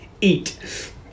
Eat